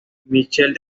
michel